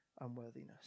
unworthiness